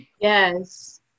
Yes